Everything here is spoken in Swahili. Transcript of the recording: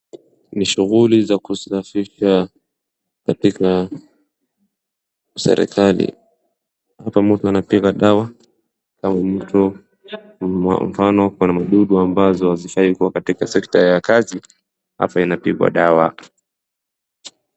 Ni shughuli za kusafisha katika serikali. Hapa mtu anapiga dawa au mtu mfano kuna madudu ambazo hazifai kuwa katika sekta ya kazi, hapa inapigwa dawa.